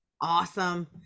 Awesome